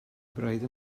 braidd